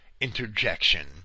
interjection